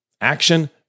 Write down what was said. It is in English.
action